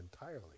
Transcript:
entirely